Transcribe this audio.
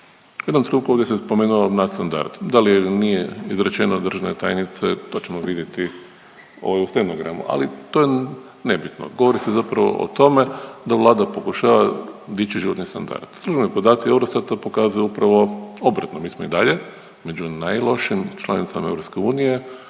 trenutku ovdje se spomenuo nadstandard, da li je ili nije izrečeno od državne tajnice to ćemo vidjeti u stenogramu, ali to je nebitno. Govori se zapravo o tome da Vlada pokušava dići životni standard. Službeni podaci Eurostata pokazuju upravo obratno, mi smo i dalje među najlošijim članicama EU